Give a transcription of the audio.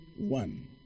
one